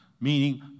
Meaning